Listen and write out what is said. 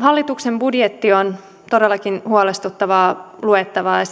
hallituksen budjetti on todellakin huolestuttavaa luettavaa ja